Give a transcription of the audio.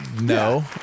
No